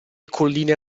colline